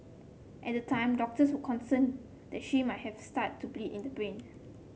at the time doctors were concerned that she might have start to bleed in the brain